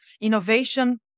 innovation